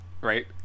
right